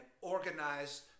organized